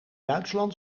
duitsland